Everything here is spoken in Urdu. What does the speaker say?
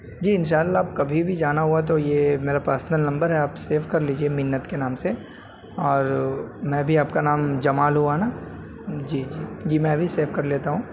جی انشاء اللہ اب کبھی بھی جانا ہوا تو یہ میرا پرسنل نمبر ہے آپ سیو کر لیجیے منت کے نام سے اور میں بھی آپ کا نام جمال ہوا نا جی جی جی میں ابھی سیو کر لیتا ہوں